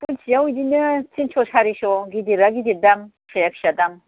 फुंसेआव बिदिनो थिनस' सारिस' गिदिरा गिदिर दाम फिसाया फिसा दाम